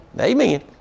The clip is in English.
Amen